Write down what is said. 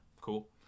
cool